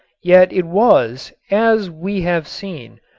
yet it was, as we have seen,